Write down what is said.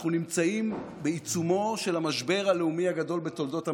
אנחנו נמצאים בעיצומו של המשבר הלאומי הגדול בתולדות המדינה.